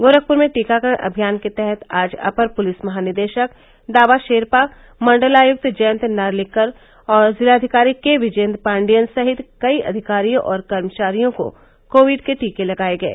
गोरखपुर में टीकाकरण अभियान के तहत आज अपर पुलिस महानिदेशक दावा शेरपा मण्डलायुक्त जयंत नार्लिकर और जिलाधिकारी के विजयेन्द्र पाण्डियन सहित कई अधिकारियों और कर्मचारियों को कोविड के टीके लगाये गये